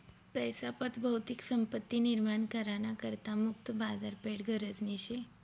पैसा पत भौतिक संपत्ती निर्माण करा ना करता मुक्त बाजारपेठ गरजनी शे